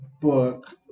book